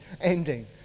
ending